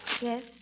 Yes